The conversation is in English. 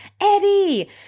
Eddie